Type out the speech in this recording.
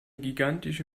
gigantische